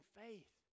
faith